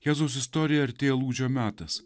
jėzaus istorija artėja lūžio metas